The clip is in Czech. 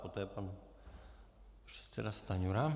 Poté pan předseda Stanjura.